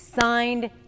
signed